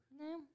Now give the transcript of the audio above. no